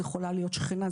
זו יכולה להיות שכנה,